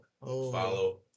follow